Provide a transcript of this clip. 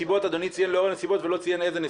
אדוני ציין 'לאור הנסיבות' ולא ציין איזה נסיבות.